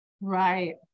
Right